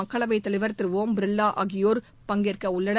மக்களவைத் தலைவர் திரு ஒம் பிர்லா உள்ளிட்டோர் பங்கேற்கவுள்ளனர்